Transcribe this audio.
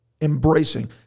embracing